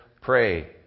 pray